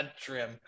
Trim